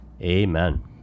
amen